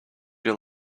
you